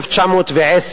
1910,